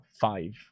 five